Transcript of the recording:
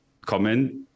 comment